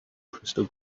crystal